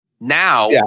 now